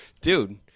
Dude